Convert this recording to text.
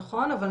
נכון, אבל